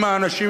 עם האנשים,